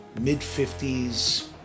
mid-50s